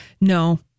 No